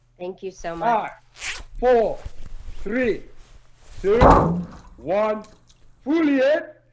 thank you so much four three two one full yet